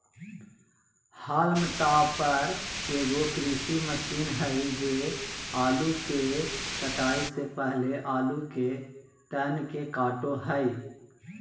haulm topper एगो कृषि मशीन हइ जे आलू के कटाई से पहले आलू के तन के काटो हइ